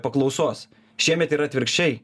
paklausos šiemet yra atvirkščiai